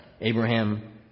Abraham